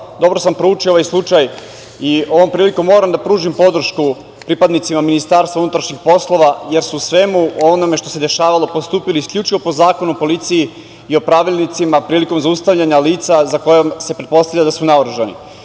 dobro sam proučio ovaj slučaj i ovom prilikom moram da pružim podršku pripadnicima MUP jer su u svemu onome što se dešavalo postupili isključivo po Zakonu o policiji i pravilnicima prilikom zaustavljanja lica za koja se pretpostavlja da su naoružani. Naravno,